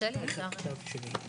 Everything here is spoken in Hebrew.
בתי החולים הכלליים הציבוריים,